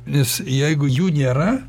nes jeigu jų nėra